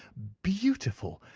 beautiful!